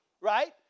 Right